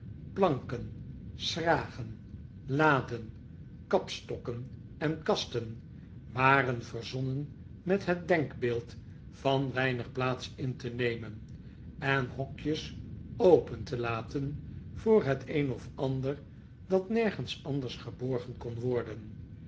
planken schragen laden kapstokken en kasten waren verzonnen met het denkbeeld van weinig plaats in te nemen en hokjes open te laten voor het een of ander dat nergens anders geborgenkon worden